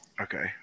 Okay